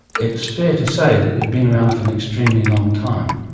it's fair to say that they've been around for an extremely long time.